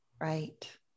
Right